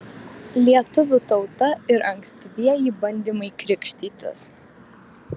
lietuvių tauta ir ankstyvieji bandymai krikštytis